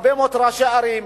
הרבה מאוד ראשי ערים,